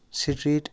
street